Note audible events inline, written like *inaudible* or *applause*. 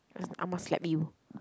*noise* Imma slap you